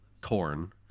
corn